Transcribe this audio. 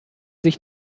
sich